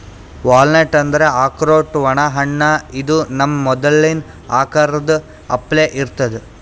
walnut ಅಂದ್ರ ಆಕ್ರೋಟ್ ಒಣ ಹಣ್ಣ ಇದು ನಮ್ ಮೆದಳಿನ್ ಆಕಾರದ್ ಅಪ್ಲೆ ಇರ್ತದ್